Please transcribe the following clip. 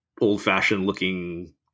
old-fashioned-looking